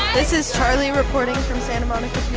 this is charli reporting from santa monica